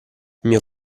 mio